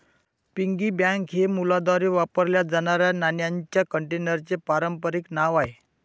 piggy bank हे मुलांद्वारे वापरल्या जाणाऱ्या नाण्यांच्या कंटेनरचे पारंपारिक नाव आहे